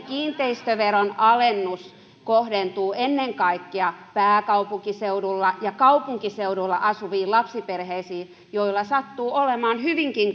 kiinteistöveron alennus kohdentuu ennen kaikkea pääkaupunkiseudulla ja kaupunkiseuduilla asuviin lapsiperheisiin joilla sattuu olemaan hyvinkin